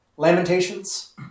Lamentations